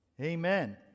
Amen